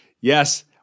Yes